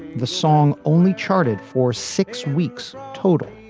the song only charted for six weeks. total